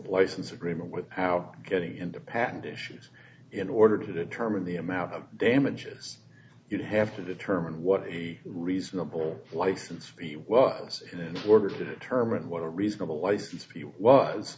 license agreement with out getting into patent issues in order to determine the amount of damages you'd have to determine what a reasonable license well was in order to determine what a reasonable